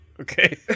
Okay